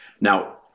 Now